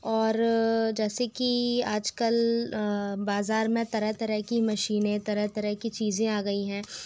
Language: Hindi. और जैसे कि आजकल बाज़ार में तरह तरह की मशीनें तरह तरह की चीज़ें आ गई हैं